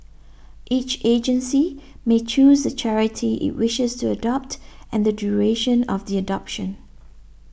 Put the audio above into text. each agency may choose the charity it wishes to adopt and the duration of the adoption